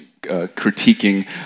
critiquing